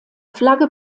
flagge